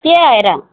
त्यही भएर